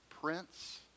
Prince